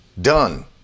done